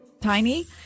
tiny